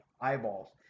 eyeballs